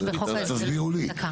תסבירו לי.